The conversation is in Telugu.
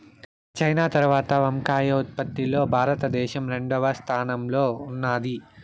చైనా తరవాత వంకాయ ఉత్పత్తి లో భారత దేశం రెండవ స్థానం లో ఉన్నాది